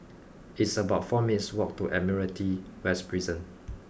it's about four minutes' walk to Admiralty West Prison